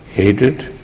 hatred,